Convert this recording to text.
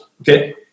okay